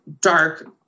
dark